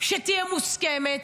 שתהיה מוסכמת?